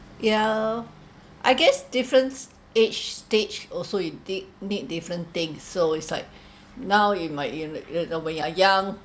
yeah I guess different age stage also you did need different things so it's like now you might you kn~ you know when you are young